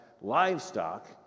livestock